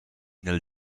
nel